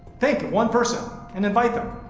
think of one person and invite them.